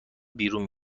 بیرون